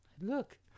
Look